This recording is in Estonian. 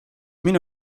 minu